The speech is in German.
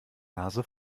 nase